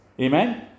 Amen